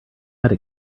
might